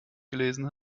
gelesen